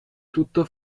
tutto